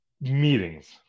meetings